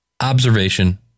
observation